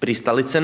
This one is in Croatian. pristalice